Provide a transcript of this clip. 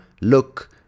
look